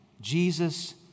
Jesus